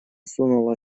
сунула